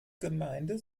gemeinde